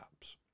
apps